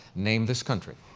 name this country.